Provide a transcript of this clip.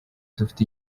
dufite